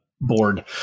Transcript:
bored